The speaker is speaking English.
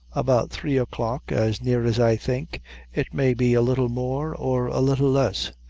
about three o'clock, as near as i think it may be a little more or a little less.